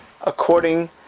according